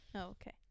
Okay